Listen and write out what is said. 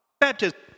Baptism